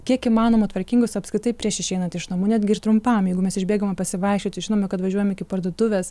kiek įmanoma tvarkingus apskritai prieš išeinant iš namų netgi ir trumpam jeigu mes išbėgome pasivaikščioti žinome kad važiuojame iki parduotuvės